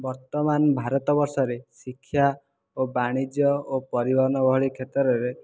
ବର୍ତ୍ତମାନ ଭାରତ ବର୍ଷରେ ଶିକ୍ଷା ଓ ବାଣିଜ୍ୟ ଓ ପରିବହନ ଭଳି କ୍ଷେତ୍ରରେ